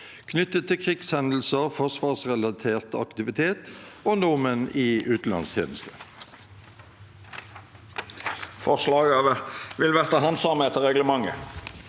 knyttet til krigshendelser, forsvarsrelatert aktivitet og nordmenn i utenlandstjeneste.